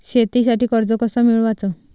शेतीसाठी कर्ज कस मिळवाच?